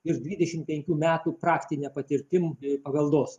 ir dvidešimt penkių metų praktine patirtim paveldosauga